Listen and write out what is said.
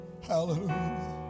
Hallelujah